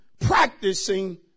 practicing